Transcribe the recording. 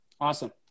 Awesome